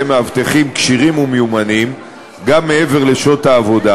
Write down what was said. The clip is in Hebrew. מאבטחים כשירים ומיומנים גם מעבר לשעות העבודה